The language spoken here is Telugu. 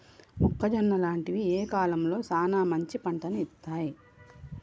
మొక్కజొన్న లాంటివి ఏ కాలంలో సానా మంచి పంటను ఇత్తయ్?